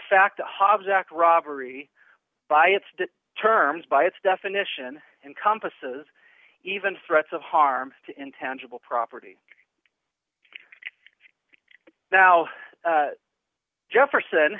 act robbery by its terms by its definition encompasses even threats of harm to intangible property now jefferson